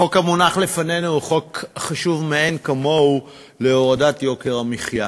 החוק המונח לפנינו הוא חוק חשוב מאין כמוהו להורדת יוקר המחיה.